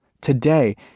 Today